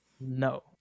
No